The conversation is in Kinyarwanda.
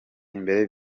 imbere